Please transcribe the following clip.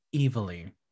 evilly